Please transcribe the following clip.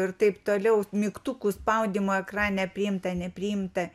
ir taip toliau mygtukų spaudymo ekrane priimta nepriimta